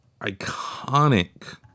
iconic